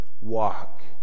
walk